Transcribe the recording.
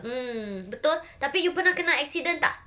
mm betul tapi you pernah kena accident tak